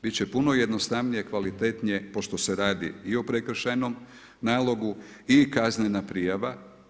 Bit će puno jednostavnije, kvalitetnije pošto se radi i o prekršajnom nalogu i kaznena prijava.